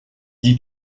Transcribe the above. dit